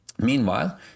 Meanwhile